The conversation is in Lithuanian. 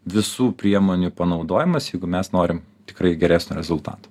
visų priemonių panaudojimas jeigu mes norim tikrai geresnio rezultato